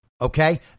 Okay